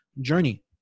Journey